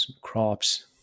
crops